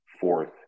fourth